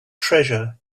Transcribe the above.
treasure